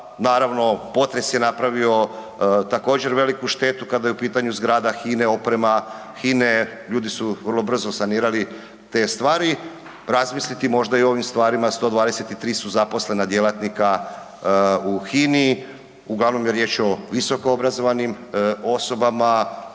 naravno, potres je napravio također, veliku štetu kada je u pitanju zgrada HINA-e, ljudi su vrlo brzo sanirali te stvari, razmisliti možda i o ovim stvarima, 123 su zaposlena djelatnika u HINA-i, uglavnom je riječ o visokoobrazovanim osobama,